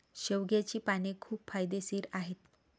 शेवग्याची पाने खूप फायदेशीर आहेत